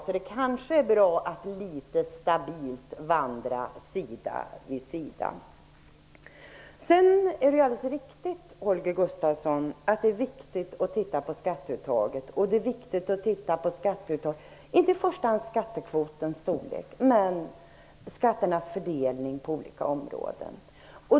Det är kanske bra att litet stabilt vandra sida vid sida. Det är riktigt att det är viktigt att titta på skatteuttaget, Holger Gustafsson. Det handlar inte i första hand om skattekvotens storlek utan om skatternas fördelning på olika områden.